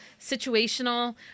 situational